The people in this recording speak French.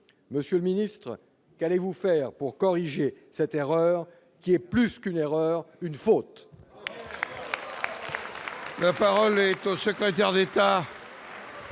Monsieur le secrétaire d'État, qu'allez-vous faire pour corriger cette erreur, qui est même plus qu'une erreur, une faute !